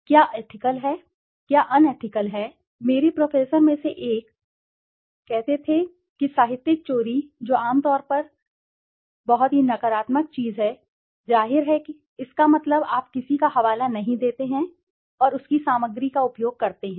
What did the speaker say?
क्या एथिकल है क्या अनएथिकल है क्योंकि कई बार मैं आपको बहुत दिलचस्प बताऊंगा मेरे प्रोफेसर में से एक वह कहता था कि साहित्यिक चोरी जो आमतौर पर एक बहुत ही नकारात्मक चीज है जाहिर है कि यह नकारात्मक है इसका मतलब है आप किसी का हवाला नहीं देते हैं और उसकी सामग्री का उपयोग करते हैं